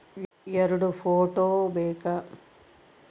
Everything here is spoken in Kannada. ಎರಡು ಫೋಟೋ ಬೇಕಾ?